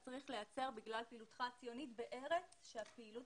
צריך לייצר בגלל פעילותך הציונית בארץ שהפעילות